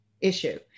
issue